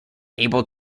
able